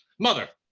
mother,